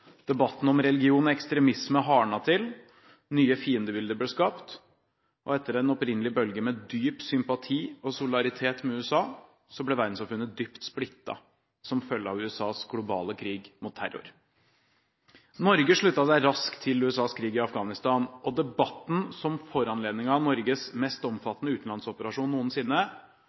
Debatten om religion og ekstremisme hardnet til, nye fiendebilder ble skapt, og etter en opprinnelig bølge med dyp sympati og solidaritet med USA ble verdenssamfunnet dypt splittet som følge av USAs globale krig mot terror. Norge sluttet seg raskt til USAs krig i Afghanistan, og debatten som foranlediget Norges mest omfattende utenlandsoperasjon noensinne,